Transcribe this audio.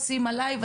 שים עליי.